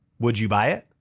would you buy it?